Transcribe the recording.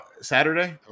Saturday